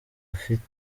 ufite